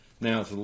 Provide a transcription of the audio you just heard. now